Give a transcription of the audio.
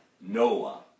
Noah